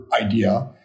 idea